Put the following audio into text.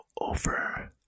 over